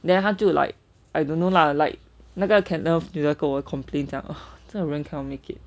then 他就 like I don't know lah like 那个 kenneth later 就跟我 complain 讲这个人真的 cannot make it